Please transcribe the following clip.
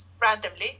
randomly